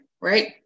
right